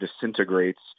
disintegrates